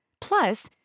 Plus